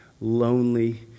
lonely